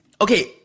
Okay